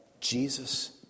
Jesus